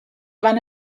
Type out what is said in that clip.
van